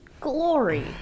glory